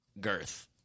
Girth